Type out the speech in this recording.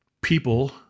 people